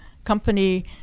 company